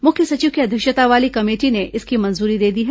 मुख्य सचिव की अध्यक्षता वाली कमेटी ने इसकी मंजूरी दे दी है